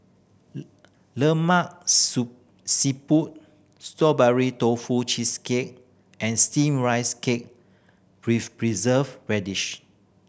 lemak siput Strawberry Tofu Cheesecake and Steamed Rice Cake with Preserved Radish